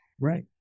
Right